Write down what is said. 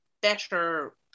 better